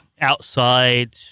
outside